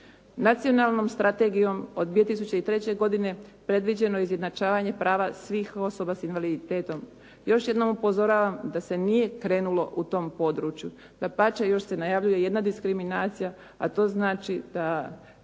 Nacionalnom strategijom od 2003. godine predviđeno je izjednačavanje svih prava svih osoba s invaliditetom. Još jednom upozoravam da se nije krenulo u tom području. Dapače, još se najavljuje jedna diskriminacija a to znači da